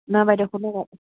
নহয় বাইদেউ শুনক